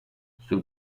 sul